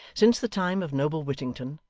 since the time of noble whittington,